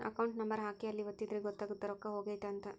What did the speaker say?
account number ಹಾಕಿ ಅಲ್ಲಿ ಒತ್ತಿದ್ರೆ ಗೊತ್ತಾಗುತ್ತ ರೊಕ್ಕ ಹೊಗೈತ ಅಂತ